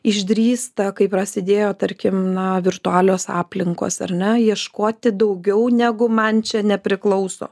išdrįsta kai prasidėjo tarkim na virtualios aplinkos ar ne ieškoti daugiau negu man čia nepriklauso